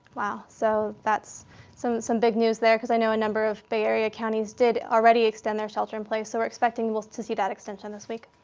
wow. so that's some, some big news there. because i know a number of bay area counties did already extend their shelter in place. so we're expecting to see that extension this week.